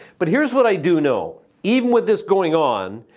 but here's what i do know, even with this going on,